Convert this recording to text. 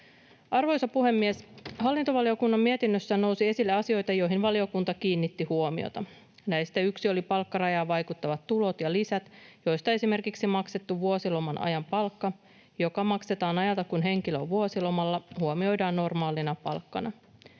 Arvoisa puhemies! Hallintovaliokunnan mietinnössä nousi esille asioita, joihin valiokunta kiinnitti huomiota. Näistä yksi oli palkkarajaan vaikuttavat tulot ja lisät, joista esimerkiksi maksettu vuosiloma-ajan palkka, joka maksetaan ajalta, kun henkilö on vuosilomalla, huomioidaan normaalina palkkana.